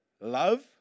Love